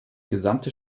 gesamte